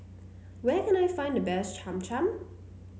where can I find the best Cham Cham